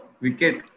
wicket